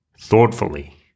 thoughtfully